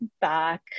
back